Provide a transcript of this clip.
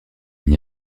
n’y